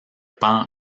pan